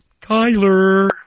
Kyler